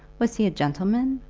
was he a gentleman,